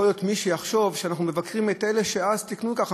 יכול להיות שמישהו יחשוב שאנחנו מבקרים את אלה שאז תיקנו ככה,